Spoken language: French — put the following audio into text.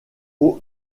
aux